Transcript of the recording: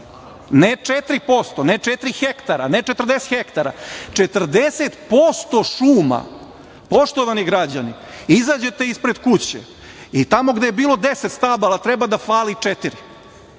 ne 4%, ne četiri hektara ne 40 hektara - 40% šuma. Poštovani građani, izađete ispred kuće i tamo gde je bilo deset stabala treba da fali